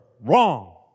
Wrong